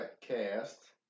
cast